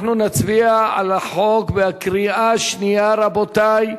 אנחנו נצביע על החוק בקריאה שלישית, רבותי.